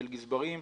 של גזברים,